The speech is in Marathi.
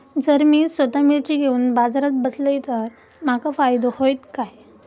जर मी स्वतः मिर्ची घेवून बाजारात बसलय तर माका फायदो होयत काय?